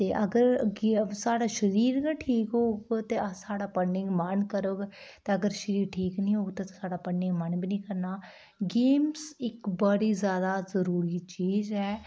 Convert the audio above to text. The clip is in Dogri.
ते अगर साढ़ा शरीर गै ठीक होग ते अस साढ़ा पढ़ने गी मन करग ते अगर शरीर ठीक निं होग ते साढ़ा पढ़ने गी मन बी नेईं करना गेम्स इक बड़ी जादा जरूरी चीज़ ऐ